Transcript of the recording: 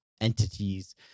entities